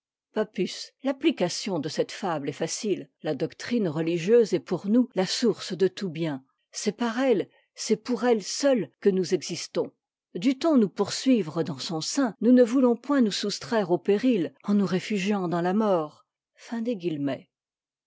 menacent pappus l'application de cette fable est facite la doctrine religieuse est pour nous la source de tout bien c'est par elle c'est pour elle seule que nous existons dût-on nous poursuivre dans son sein nous ne voulons point nous soustraire au péril en nous réfugiant dans la mort